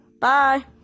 Bye